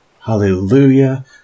Hallelujah